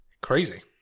Crazy